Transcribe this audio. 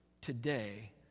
today